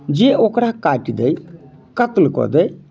जे ओकरा काटि दै कत्ल कऽ दै